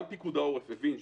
גם פיקוד העורף הבין,